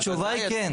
התשובה היא כן.